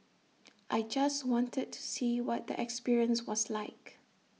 I just wanted to see what the experience was like